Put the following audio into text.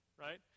right